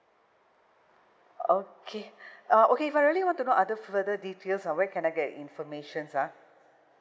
okay uh okay if I really want to know other further details ah where can I get informations ah